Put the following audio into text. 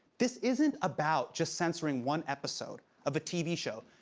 this isn't about just censoring one episode of a tv show,